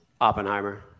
Oppenheimer